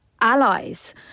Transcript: allies